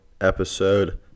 episode